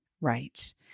right